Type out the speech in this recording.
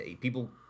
People